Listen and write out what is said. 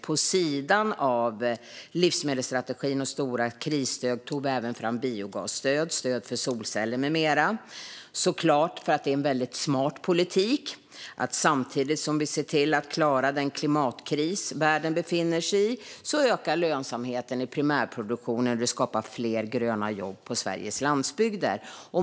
Vid sidan av livsmedelsstrategin och stora krisstöd tog vi även fram biogasstöd, stöd för solceller med mera. Det är såklart en väldigt smart politik. Samtidigt som vi ser till att klara den klimatkris världen befinner sig i ökar lönsamheten i primärproduktionen. Det skapar fler gröna jobb på Sveriges landsbygder.